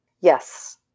Yes